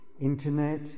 Internet